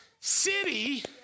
city